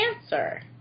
answer